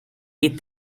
eat